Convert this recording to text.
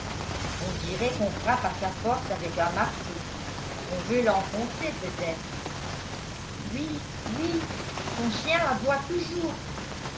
on dirait qu'on frappe à sa porte avec un marteau on veut l'enfoncer peut-être oui oui son chien aboie toujours